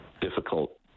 difficult